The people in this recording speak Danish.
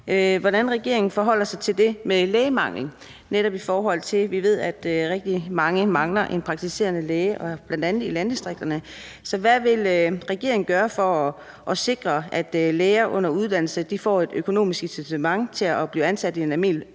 hvordan regeringen forholder sig til det med lægemangel, hvor vi netop ved, at rigtig mange mangler en praktiserende læge, bl.a. i landdistrikterne. Så hvad vil regeringen gøre for at sikre, at læger under uddannelse får et økonomisk incitament til at blive ansat i en almen